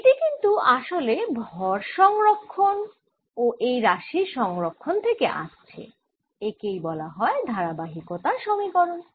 এটি কিন্তু আসলে ভর সংরক্ষন ও এই রাশির সংরক্ষন থেকে আসছে একেই বলা হয় ধারাবাহিকতা সমীকরণ